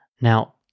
Now